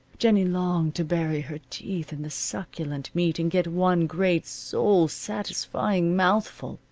jennie longed to bury her teeth in the succulent meat and get one great, soul-satisfying mouthful.